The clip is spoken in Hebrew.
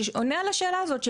שעונה על השאלה הזאת,